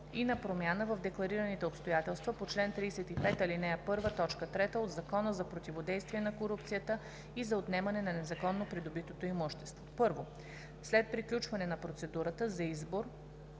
и на промяна в декларираните обстоятелства по чл. 35, ал. 1, т. 3 от Закона за противодействие на корупцията и за отнемане на незаконно придобитото имущество. 1. След приключване на процедурата за избор